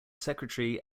secretary